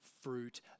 fruit